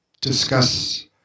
discuss